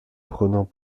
prenant